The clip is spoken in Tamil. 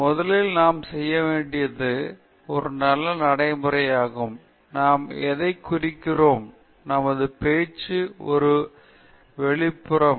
எனவே முதலில் நாம் செய்ய வேண்டியது ஒரு நல்ல நடைமுறையாகும் நாம் எதைக் குறிக்கிறோம் எமது பேச்சுக்கு ஒரு வெளிப்புறம்